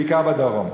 בעיקר בדרום.